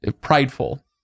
prideful